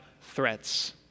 threats